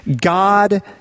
God